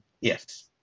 Yes